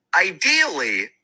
Ideally